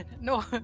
No